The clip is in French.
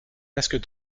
masques